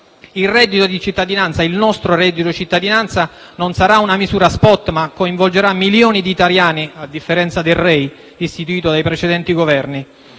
Il nostro reddito di cittadinanza non sarà una misura *spot*, ma coinvolgerà milioni di italiani, a differenza del reddito di inclusione (REI), istituito dai precedenti Governi.